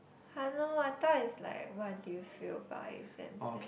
!hannor! I thought it's like what do you feel about exams eh